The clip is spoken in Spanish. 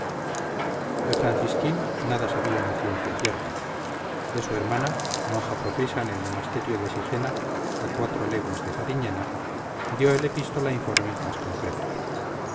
de francisquín nada sabían a ciencia cierta de su hermana monja profesa en el monasterio de sigena a cuatro leguas de sariñena dio el epístolainformes más concretos